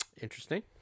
interesting